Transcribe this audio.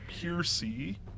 Piercy